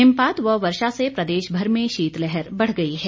हिमपात व वर्षा से प्रदेश भर में शीतलहर बढ़ गई है